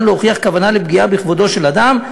להוכיח כוונה לפגיעה בכבודו של אדם,